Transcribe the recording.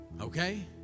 Okay